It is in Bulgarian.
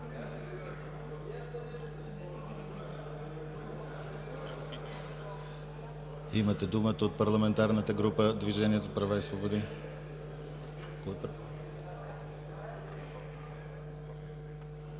Имате думата от Парламентарната група „Движение за права и свободи“.